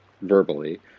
verbally